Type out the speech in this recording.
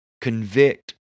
convict